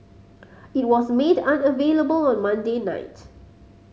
it was made unavailable on Monday night